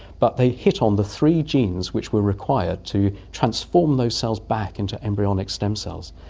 but they hit on the three genes which were required to transform those cells back into embryonic stem cells.